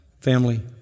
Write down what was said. family